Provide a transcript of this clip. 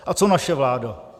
A co naše vláda?